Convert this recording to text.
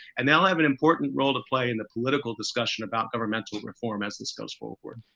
and they'll have an important role to play in the political discussion about governmental reform as this goes forward